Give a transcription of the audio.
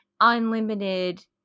unlimited